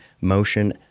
motion